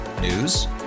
News